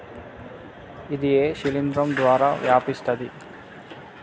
ఇది ఏ శిలింద్రం ద్వారా వ్యాపిస్తది?